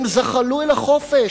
הם זחלו אל החופש.